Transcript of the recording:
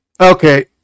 Okay